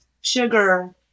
sugar